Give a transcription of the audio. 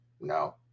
No